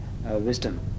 wisdom